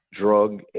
drug